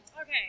Okay